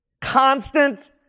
constant